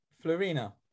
Florina